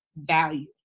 value